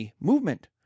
movement